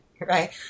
right